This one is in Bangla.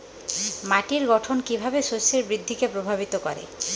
মাটির গঠন কীভাবে শস্যের বৃদ্ধিকে প্রভাবিত করে?